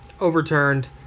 overturned